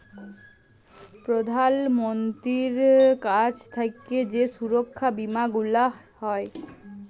প্রধাল মন্ত্রীর কাছ থাক্যে যেই সুরক্ষা বীমা গুলা হ্যয়